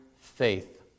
faith